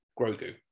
Grogu